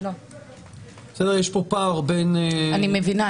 אני מבינה.